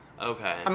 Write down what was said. Okay